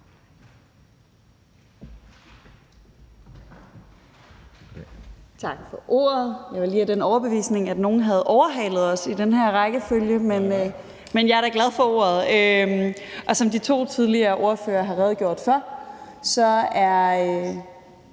Tak for ordet. Jeg var lige af den overbevisning, at nogen havde overhalet os i den her rækkefølge, men jeg er da glad for at få ordet. Som de to tidligere ordførere har redegjort for, er